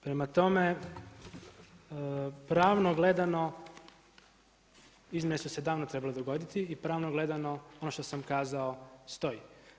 Prema tome, pravno gledano, izmjene su se davno trebale dogoditi i pravno gledano ono što sam kazao stoji.